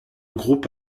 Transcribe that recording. groupe